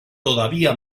todavía